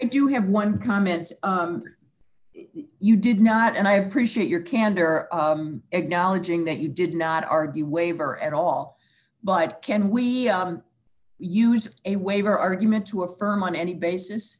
you have one comment you did not and i appreciate your candor acknowledging that you did not argue waiver at all but can we use a waiver argument to affirm on any basis